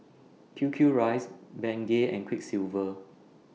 Q Q Rice Bengay and Quiksilver